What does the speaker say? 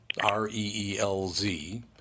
R-E-E-L-Z